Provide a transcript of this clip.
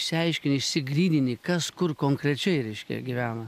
išsiaiškini išsigrynini kas kur konkrečiai reiškia gyvena